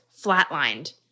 flatlined